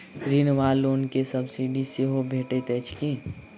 ऋण वा लोन केँ सब्सिडी सेहो भेटइत अछि की?